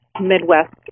Midwest